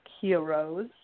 heroes